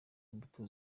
imbuto